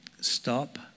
Stop